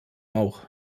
auch